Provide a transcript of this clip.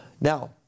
Now